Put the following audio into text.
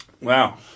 Wow